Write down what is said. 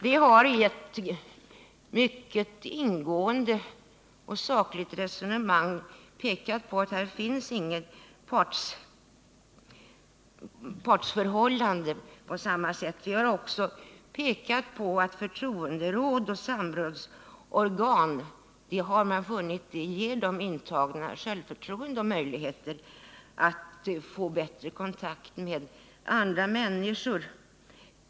Vi har i ett mycket ingående och sakligt resonemang påvisat att det inte finns något partsförhållande på vanligt sätt, och vi har också pekat på att man funnit att förtroenderåd och samrådsorgan ger de intagna självförtroende och möjligheter till bättre kontakt med andra människor.